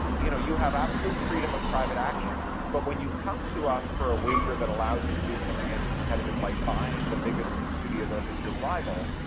you know, you have absolute freedom of private action, but when you come to us for a waiver that allows you to do something anti-competitive like buying the biggest studio that is your rival,